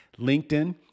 LinkedIn